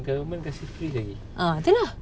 uh tu lah